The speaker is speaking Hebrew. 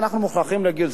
אנחנו מוכרחים להגיד,